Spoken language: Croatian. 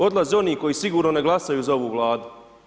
Odlaze oni koji sigurno ne glasaju za ovu vladu.